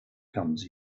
comes